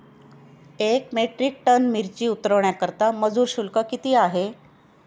एक metric ton मिरची उतरवण्याकरता मजुर शुल्क किती आहे?